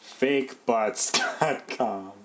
Fakebutts.com